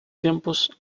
tiempos